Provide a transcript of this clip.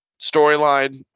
storyline